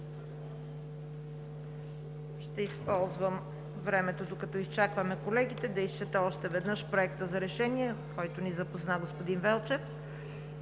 Ще използвам времето, докато изчакваме колегите, да изчета още веднъж Проекта за решение, с който ни запозна господин Велчев.